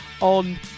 on